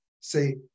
say